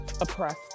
oppressed